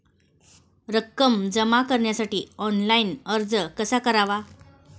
रक्कम जमा करण्यासाठी ऑनलाइन अर्ज कसा करावा?